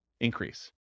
increase